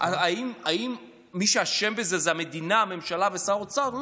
האם מי שאשם בזה זה המדינה, הממשלה ושר האוצר?